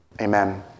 amen